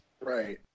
Right